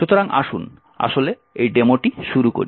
সুতরাং আসুন আসলে এই ডেমোটি শুরু করি